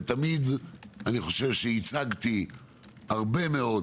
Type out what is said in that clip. ואני חושב שתמיד ייצגתי הרבה מאוד